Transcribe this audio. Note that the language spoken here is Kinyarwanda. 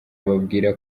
bambwira